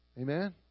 Amen